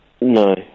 No